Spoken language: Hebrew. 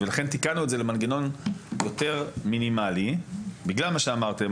לכן תיקנו את זה למנגנון יותר מינימלי בגלל מה שאמרתם,